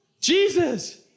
Jesus